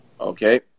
Okay